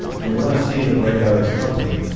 and you want to see the breakout of this company.